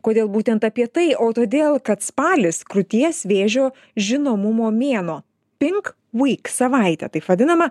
kodėl būtent apie tai o todėl kad spalis krūties vėžio žinomumo mėnuo pink week savaitė taip vadinama